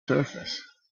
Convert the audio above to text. surface